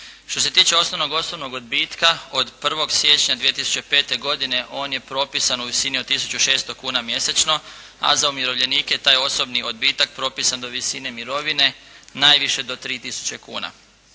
Što se tiče osnovnog osobnog odbitka od 1. siječnja 2005. godine on je propisan u visini od 1.600,00 kuna mjesečno, a za umirovljenike taj osobni odbitak propisan do visine mirovine, najviše do 3.000,00 kuna.